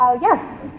Yes